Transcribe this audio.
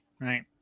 right